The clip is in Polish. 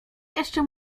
jeszcze